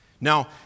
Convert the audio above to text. Now